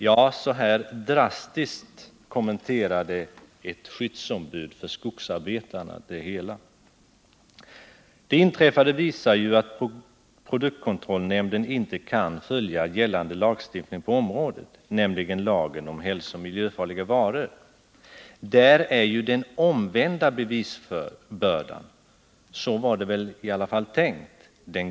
Ja, så här drastiskt kommenterade ett skydssombud för skogsarbetarna det hela. Det inträffade visar att produktkontrollnämnden inte kan följa gällande lagstiftning på området, nämligen lagen om hälsooch miljöfarliga varor. Den grundläggande principen i denna skall ju, åtminstone enligt vad som åsyftats, vara den omvända bevisbördan.